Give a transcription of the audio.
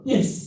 Yes